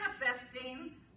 manifesting